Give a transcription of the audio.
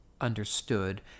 understood